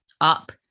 up